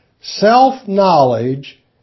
Self-knowledge